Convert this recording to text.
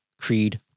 creed